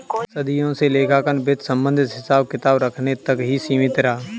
सदियों से लेखांकन वित्त संबंधित हिसाब किताब रखने तक ही सीमित रहा